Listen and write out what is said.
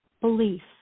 belief